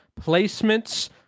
placements